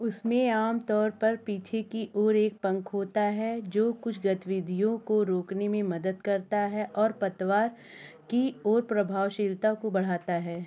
उनमें आम तौर पर पीछे की ओर एक पंख होता है जो कुछ गतिविधियों को रोकने में मदद करता है और पतवार की प्रभावशीलता को बढ़ाता है